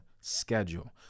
schedule